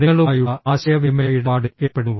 നിങ്ങളുമായുള്ള ആശയവിനിമയ ഇടപാടിൽ ഏർപ്പെടുന്നു